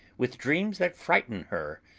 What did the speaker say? with dreams that frighten her,